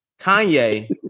kanye